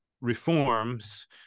reforms